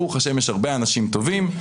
ברוך השם, יש הרבה אנשים טובים,